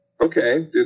Okay